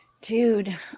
Dude